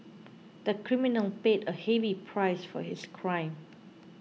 the criminal paid a heavy price for his crime